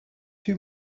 two